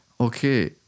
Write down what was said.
okay